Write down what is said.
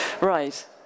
Right